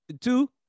Two